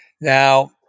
Now